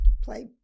play